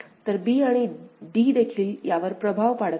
तर b आणि d देखील यावर प्रभाव पाडत आहेत